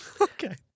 Okay